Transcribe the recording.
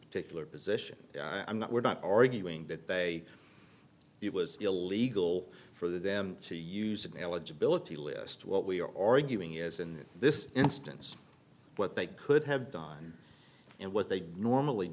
particular position i'm not we're not arguing that they it was illegal for them to use of eligibility list what we're arguing is in this instance what they could have done and what they normally